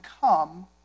come